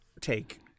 take